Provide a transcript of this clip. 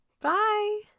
Bye